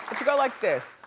should go like this.